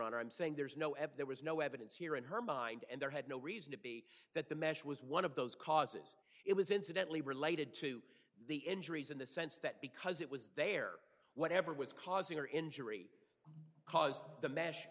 i'm saying there's no ever there was no evidence here in her mind and there had no reason to be that the mesh was one of those causes it was incidentally related to the injuries in the sense that because it was there whatever was causing her injury caused the mas